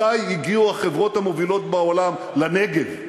מתי הגיעו החברות המובילות בעולם לנגב?